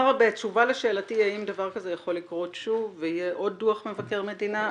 בתשובה לשאלתי האם דבר כזה יכול לקרות שוב ויהיה עוד דו"ח מבקר המדינה,